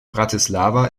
bratislava